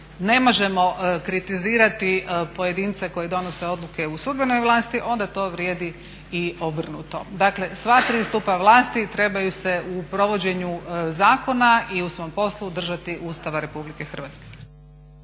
ne možemo kritizirati pojedinca koji donose odluke u sudbenoj vlasti onda to vrijedi i obrnuto. Dakle, sva tri stupa vlasti trebaju se u provođenju zakona i u svom poslu držati Ustava RH.